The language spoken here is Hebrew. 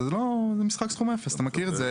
זה לא, זה משחק סכום אפס, אתה מכיר את זה.